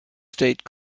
state